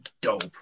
dope